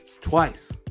twice